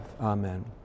amen